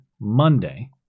Monday